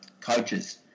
coaches